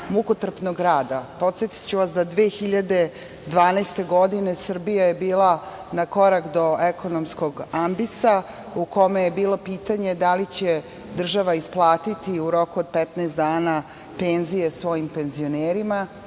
mukotrpnog rada. Podsetiću vas da je 2012. godine, Srbija bila na korak do ekonomskog ambisa u kome je bilo pitanje da li će država isplatiti u roku od 15 dana penzije svojim penzionerima,